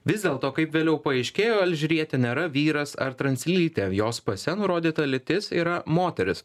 vis dėlto kaip vėliau paaiškėjo alžyrietė nėra vyras ar translytė jos pase nurodyta lytis yra moteris